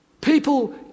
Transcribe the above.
People